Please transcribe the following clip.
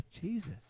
Jesus